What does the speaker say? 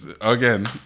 Again